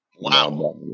Wow